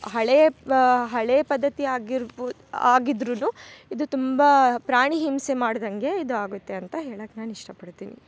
ಹಳೇ ಪ ಹಳೇ ಪದ್ಧತಿ ಆಗಿರ್ಬೌದು ಆಗಿದ್ದರೂನು ಇದು ತುಂಬಾ ಪ್ರಾಣಿ ಹಿಂಸೆ ಮಾಡ್ದಂಗೆ ಇದು ಆಗತ್ತೆ ಅಂತ ಹೇಳಕ್ಕೆ ನಾನು ಇಷ್ಟ ಪಡ್ತೀವಿ